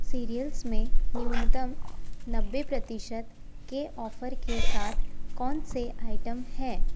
serials में न्यूनतम नब्बे प्रतिशत के ऑफ़र के साथ कौनसे आइटम हैं